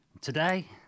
Today